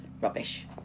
Rubbish